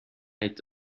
night